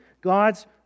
God's